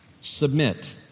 submit